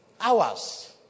hours